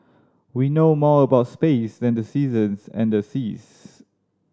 we know more about space than the seasons and the seas